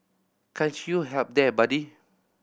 can't help you there buddy